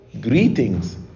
Greetings